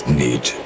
need